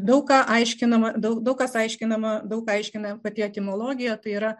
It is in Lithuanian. daug ką aiškinama daug daug kas aiškinama daug aiškina pati etimologija tai yra